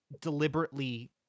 deliberately